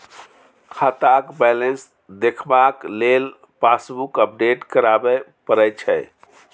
खाताक बैलेंस देखबाक लेल पासबुक अपडेट कराबे परय छै